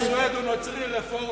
חנא סוייד הוא נוצרי רפורמי,